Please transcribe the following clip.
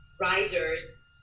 risers